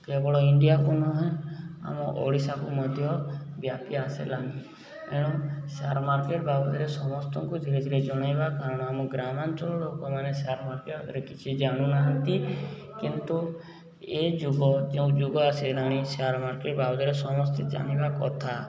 କେବଳ ଇଣ୍ଡିଆକୁ ନୁହେଁ ଆମ ଓଡ଼ିଶାକୁ ମଧ୍ୟ ବ୍ୟାପି ଆସିଲାଣି ଏଣୁ ସେୟାର ମାର୍କେଟ ବାବଦରେ ସମସ୍ତଙ୍କୁ ଧୀରେ ଧୀରେ ଜଣେଇବା କାରଣ ଆମ ଗ୍ରାମାଞ୍ଚଳର ଲୋକମାନେ ସେୟାର ମାର୍କେଟରେ କିଛି ଜାଣୁନାହାନ୍ତି କିନ୍ତୁ ଏ ଯୁଗ ଯେଉଁ ଯୁଗ ଆସିଲାଣି ସେୟାର ମାର୍କେଟ ବାବଦରେ ସମସ୍ତେ ଜାଣିବା କଥା